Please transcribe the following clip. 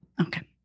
okay